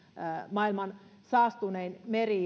maailman saastunein meri